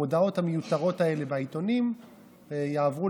המודעות המיותרות האלה בעיתונים יעברו